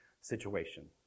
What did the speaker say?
situation